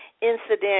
Incident